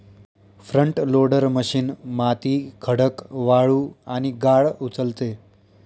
front loader machine माती, खडक, वाळू आणि गाळ उचलते